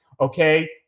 Okay